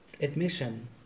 admission